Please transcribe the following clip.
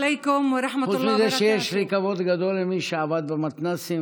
חוץ מזה שיש לי כבוד גדול למי שעבד במתנ"סים